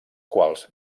quals